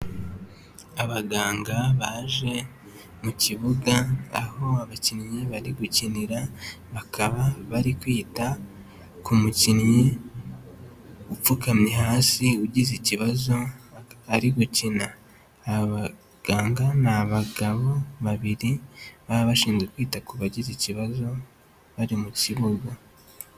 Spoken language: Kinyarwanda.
Abaganga baje mu kibuga aho abakinnyi bari gukinira, bakaba bari kwita ku mukinnyi upfukamye hasi ugize ikibazo ari gukina, aba baganga ni abagabo babiri baba bashinzwe kwita ku bagize ikibazo bari mu kibuga.